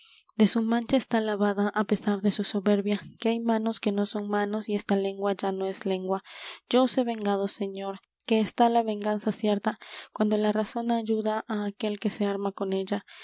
de su mancha está lavada á pesar de su soberbia que hay manos que no son manos y esta lengua ya no es lengua yo os he vengado señor que está la venganza cierta cuando la razón ayuda á aquel que se arma con ella